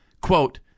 quote